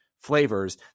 flavors